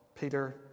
Peter